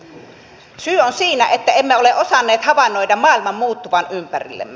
syy on siinä että emme ole osanneet havainnoida maailman muuttuvan ympärillämme